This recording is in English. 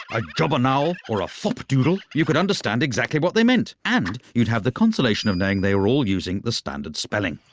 a jobbernowl or a fopdoodle you could understand exactly what they meant, and you'd have the consolation of knowing they were all using the standard spelling.